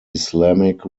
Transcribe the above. islamic